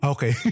Okay